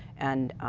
and